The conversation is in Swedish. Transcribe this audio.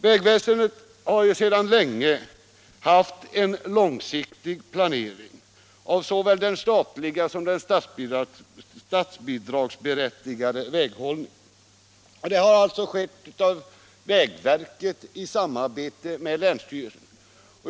Vägväsendet har ju länge haft en långsiktig planering av såväl den statliga som den statsbidragsberättigade väghållningen. Den planeringen har gjorts av vägverket i samarbete med länsstyrelserna.